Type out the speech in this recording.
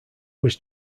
was